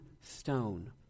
stone